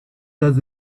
does